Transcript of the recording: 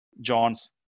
John's